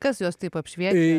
kas jos taip apšviečia